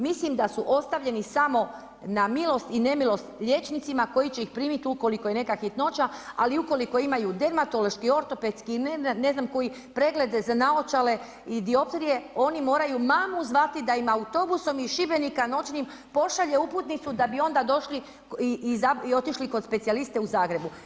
Mislim da su ostavljeni samo na milost i nemilost liječnicima koji će ih primit ukoliko je neka hitnoća, ali ukoliko imaju dermatološki, ortopedski i ne znam koji preglede za naočale i dioptrije, oni moraju mamu zvati da im autobusom iz Šibenika noćnim pošalje uputnicu da bi onda došli i otišli kod specijaliste u Zagrebu.